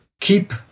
keep